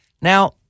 Now